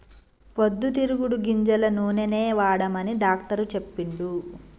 పొద్దు తిరుగుడు గింజల నూనెనే వాడమని డాక్టర్ చెప్పిండు